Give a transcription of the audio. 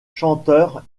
chanteurs